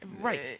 Right